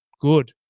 good